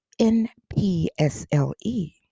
NPSLE